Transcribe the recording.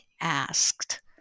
asked